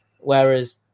whereas